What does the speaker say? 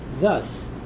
Thus